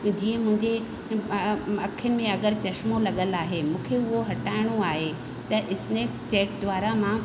जीअं मुंहिंजे अखि में अगरि चश्मो लॻल आहे मूंखे उहो हटाइणो आहे त स्नैपचैट द्वारा मां